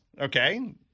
Okay